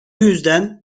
yüzden